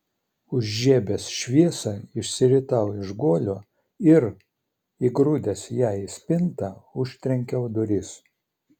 užžiebęs šviesą išsiritau iš guolio ir įgrūdęs ją į spintą užtrenkiau duris